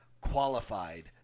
qualified